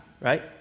right